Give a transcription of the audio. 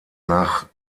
nach